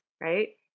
right